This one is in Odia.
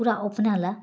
ପୂରା ଅପ୍ନାଲା